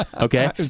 Okay